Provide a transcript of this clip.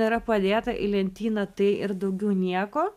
yra padėta į lentyną tai ir daugiau nieko